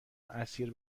اسیر